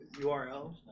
URL